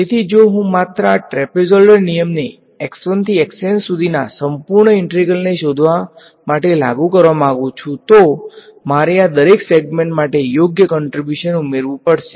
તેથી જો હું માત્ર આ ટ્રેપેઝોઇડલ નિયમને થી સુધીના સંપૂર્ણ ઈંટેગ્રલને શોધવા માટે લાગુ કરવા માંગુ છું તો મારે આ દરેક સેગમેન્ટ માટે યોગ્ય કંટ્રીબ્યુશન ઉમેરવું પડશે